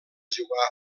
jugar